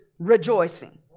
Rejoicing